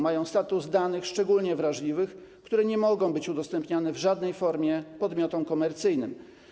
Mają status danych szczególnie wrażliwych, które nie mogą być udostępnianie w żadnej formie podmiotom komercyjnym.